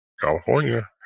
California